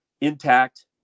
intact